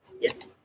Yes